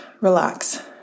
relax